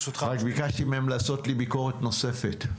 רק ביקשתי מהם לעשות לי ביקורת נוספת.